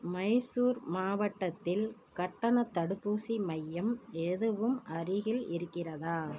மைசூர் மாவட்டத்தில் கட்டணத் தடுப்பூசி மையம் எதுவும் அருகில் இருக்கிறதா